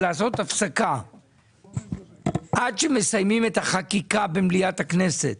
לעשות הפסקה עד שמסיימים את החקיקה במליאת הכנסת,